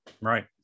Right